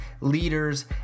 leaders